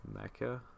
Mecca